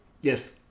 Yes